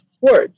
words